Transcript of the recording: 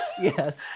Yes